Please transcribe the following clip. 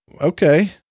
Okay